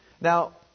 Now